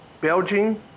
Belgium